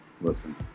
Listen